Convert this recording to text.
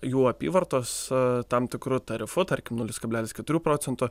jų apyvartos tam tikru tarifu tarkim nulis kablelis keturių procento